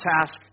task